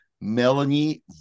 Melanie